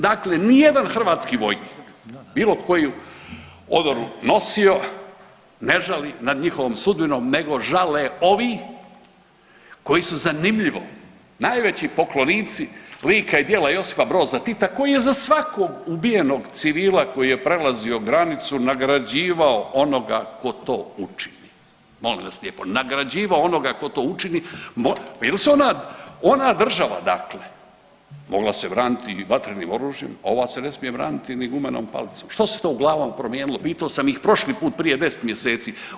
Dakle nijedan hrvatski vojnik bilo koju odoru nosio ne žali nad njihovom sudbinom nego žale ovi koji su zanimljivo najveći poklonici lika i djela Josipa Broza Tita koji je za svakog ubijenog civila koji je prelazio granicu nagrađivao onoga ko to učini, molim vas lijepo, nagrađivao onoga ko to učini, ma jel se ona, ona država dakle, mogla se braniti i vatrenim oružjem, a ova se ne smije braniti ni gumenom palicom, što se to u glavama promijenilo pitao sam ih prošli put prije 10 mjeseci.